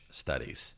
studies